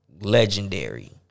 Legendary